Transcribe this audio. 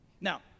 Now